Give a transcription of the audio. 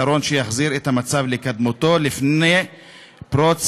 פתרון שיחזיר את המצב לקדמותו לפני פרוץ